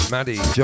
Maddie